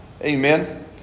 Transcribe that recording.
Amen